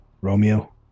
Romeo